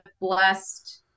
blessed